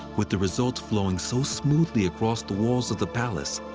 with the result flowing so smoothly across the walls of the palace,